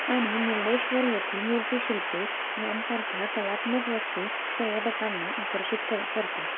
आणि मुर्डेश्वर येथील मूर्ती शिल्पे यांसारख्या कलात्मक वस्तू पर्यटकांना आकर्षित क करतात